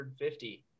150